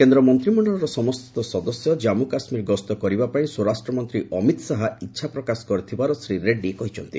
କେନ୍ଦ୍ର ମନ୍ତିମଶ୍ଚଳର ସମସ୍ତ ସଦସ୍ୟ ଜାମ୍ମୁ କାଶ୍ମୀର ଗସ୍ତ କରିବାପାଇଁ ସ୍ୱରାଷ୍ଟ୍ର ମନ୍ତ୍ରୀ ଅମିତ୍ ଶାହା ଇଚ୍ଛା ପ୍ରକାଶ କରିଥିବାର ଶ୍ରୀ ରେଡ୍ରୀ କହିଛନ୍ତି